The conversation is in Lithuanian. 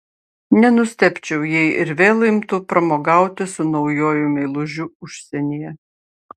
nenustebčiau jei ir vėl imtų pramogauti su naujuoju meilužiu užsienyje